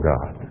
God